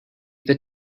the